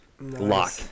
Lock